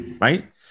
Right